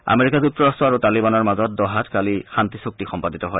America যুক্তৰট্ট আৰু তালিবানৰ মাজত ড'হাত এখন শান্তি চূক্তি সম্পাদিত হয়